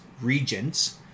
regents